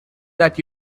that